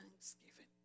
thanksgiving